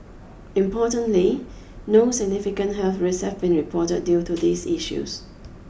importantly no significant health risks have been reported due to these issues